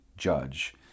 judge